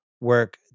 work